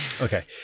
Okay